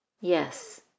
Yes